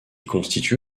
constitue